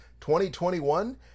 2021